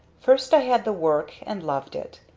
first i had the work and loved it.